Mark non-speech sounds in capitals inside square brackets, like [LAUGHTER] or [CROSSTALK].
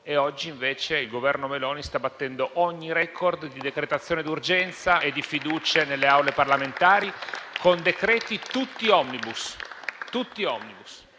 e oggi, invece, il Governo Meloni sta battendo ogni *record* di decretazione d'urgenza e di fiducia nelle Aule parlamentari [APPLAUSE] con decreti tutti *omnibus*.